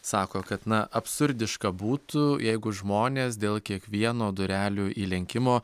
sako kad na absurdiška būtų jeigu žmonės dėl kiekvieno durelių įlenkimo